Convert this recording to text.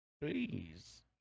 please